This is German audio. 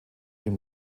dem